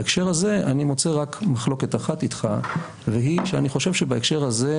בהקשר הזה אני מוצא רק מחלוקת אחת איתך והיא שאני חושב שבהקשר הזה,